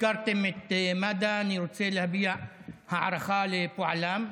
הזכרתם את מד"א, אני רוצה להביע הערכה לפועלם,